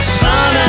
sun